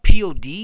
POD